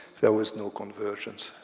there was no convergence.